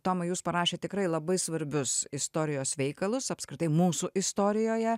tomai jūs parašėt tikrai labai svarbius istorijos veikalus apskritai mūsų istorijoje